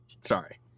sorry